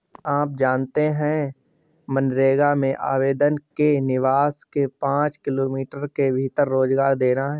आप जानते है मनरेगा में आवेदक के निवास के पांच किमी के भीतर रोजगार देना है?